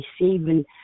receiving